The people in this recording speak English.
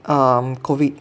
um COVID